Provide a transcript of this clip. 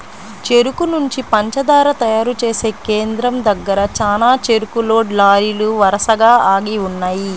చెరుకు నుంచి పంచదార తయారు చేసే కేంద్రం దగ్గర చానా చెరుకు లోడ్ లారీలు వరసగా ఆగి ఉన్నయ్యి